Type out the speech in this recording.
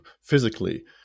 physically